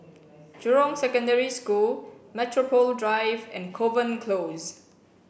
Jurong Secondary School Metropole Drive and Kovan Close